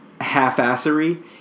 half-assery